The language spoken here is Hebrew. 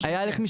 כן.